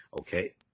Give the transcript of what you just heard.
okay